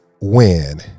Win